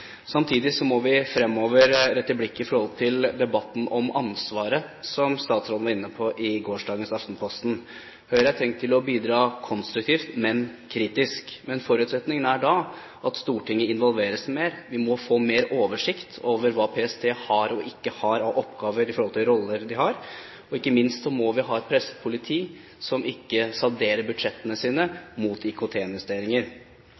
Samtidig må vi fremover rette blikket på debatten om ansvaret, som statsråden var inne på i gårsdagens Aftenposten. Høyre har tenkt å bidra konstruktivt, men kritisk. Men forutsetningen er at Stortinget involveres mer. Vi må få mer oversikt over hva PST har og ikke har av oppgaver når det gjelder roller. Ikke minst må vi ha et presset politi som ikke salderer budsjettene